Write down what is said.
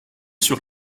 sûr